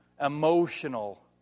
emotional